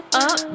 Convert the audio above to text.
up